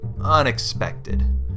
unexpected